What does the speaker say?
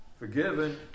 Forgiven